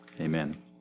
Amen